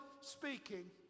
speaking